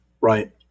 right